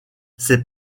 ses